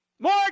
More